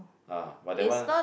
ah but that one